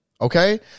okay